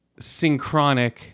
synchronic